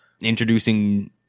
introducing